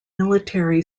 military